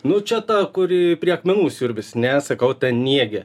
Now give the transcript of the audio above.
nu čia ta kuri prie akmenų siurbiasi ne sakau ten niegė